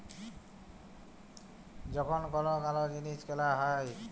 যখন কোলো জিলিস কেলা হ্যয় আর সেটার দাম কিস্তি হিসেবে মেটালো হ্য়য় তাকে হাইয়ার পারচেস বলে